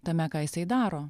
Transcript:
tame ką jisai daro